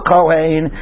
Kohen